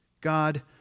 God